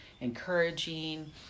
encouraging